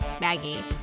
Maggie